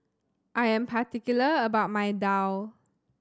I am particular about my Daal